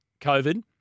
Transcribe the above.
COVID